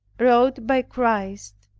wrought by christ,